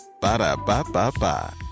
Ba-da-ba-ba-ba